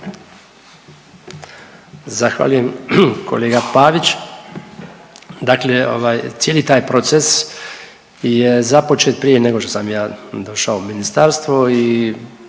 Zahvaljujem kolega Pavić. Dakle ovaj cijeli taj proces je započet prije nego što sam ja došao u Ministarstvo i